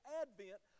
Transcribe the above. advent